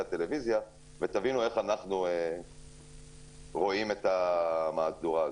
הטלויזיה ותבינו איך אנחנו רואים את המהדורה הזאת.